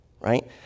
right